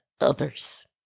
others